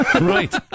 Right